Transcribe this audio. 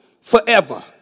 forever